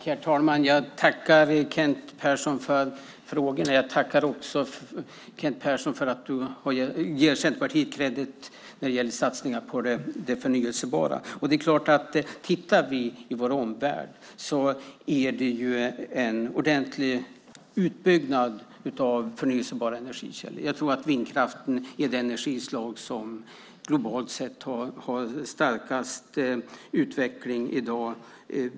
Herr talman! Jag tackar Kent Persson för frågorna. Jag tackar också för att du ger Centerpartiet kredit när det gäller satsningar på det förnybara. Om vi tittar runt i vår omvärld ser vi en ordentlig utbyggnad av förnybara energikällor. Jag tror att vindkraften är det energislag som globalt sett har starkast utveckling i dag.